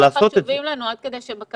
הזקנים כל כך חשובים לנו עד כדי שבקבינט